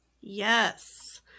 Yes